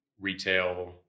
retail